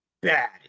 bad